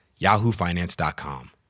yahoofinance.com